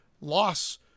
loss